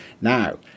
now